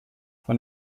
von